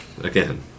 again